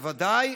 בוודאי.